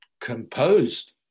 composed